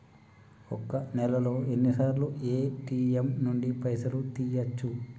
ఒక్క నెలలో ఎన్నిసార్లు ఏ.టి.ఎమ్ నుండి పైసలు తీయచ్చు?